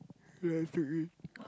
you like to eat